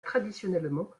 traditionnellement